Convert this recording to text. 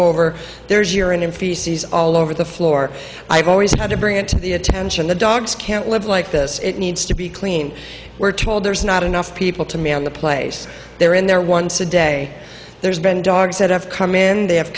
over there's urine and feces all over the floor i've always had to bring it to the attention the dogs can't live like this it needs to be clean we're told there's not enough people to me on the place they're in there once a day there's been dogs that have come in the